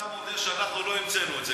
אתה מודה שאנחנו לא המצאנו את זה,